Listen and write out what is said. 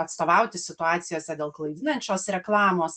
atstovauti situacijose dėl klaidinančios reklamos